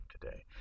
today